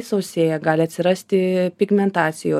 sausėja gali atsirasti pigmentacijo